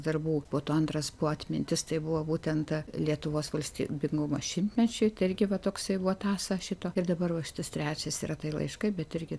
darbų po to antras buvo atmintis tai buvo būtent lietuvos valstybingumo šimtmečiui tai irgi va toksai buvo tąsa šito ir dabar va šitas trečias yra tai laiškai bet irgi